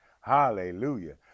hallelujah